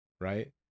Right